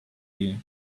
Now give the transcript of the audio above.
you